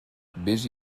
vés